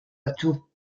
atouts